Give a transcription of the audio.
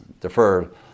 deferred